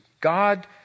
God